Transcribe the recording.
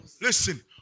Listen